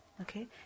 okay